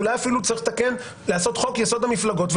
אולי אפילו צריך לעשות חוק יסוד: המפלגות,